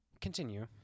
continue